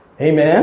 Amen